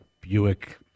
Buick